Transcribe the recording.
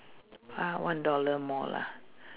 ah one dollar more lah